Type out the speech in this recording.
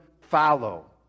follow